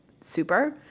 super